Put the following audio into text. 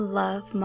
love